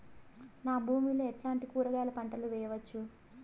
నా భూమి లో ఎట్లాంటి కూరగాయల పంటలు వేయవచ్చు?